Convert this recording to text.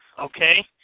okay